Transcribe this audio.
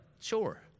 Sure